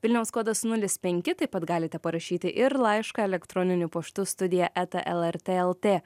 vilniaus kodas nulis penki taip pat galite parašyti ir laišką elektroniniu paštu studija eta lrt lt